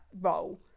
role